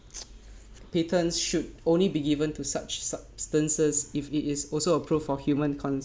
patterns should only be given to such substances if it is also approved for human